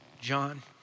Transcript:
John